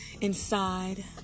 inside